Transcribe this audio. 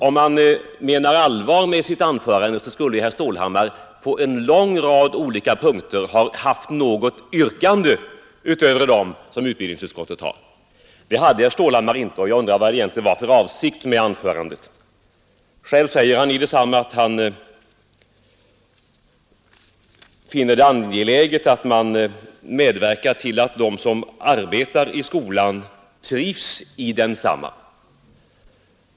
Om han menar allvar med sitt anförande, skulle herr Stålhammar på en lång rad olika punkter ha haft något yrkande utöver dem som utbildningsutskottet har. Det hade herr Stålhammar inte, och jag frågar vad det egentligen var för avsikt med anförandet. Själv säger han i detsamma att han finner det angeläget att man medverkar till att de som arbetar i skolan trivs i denna.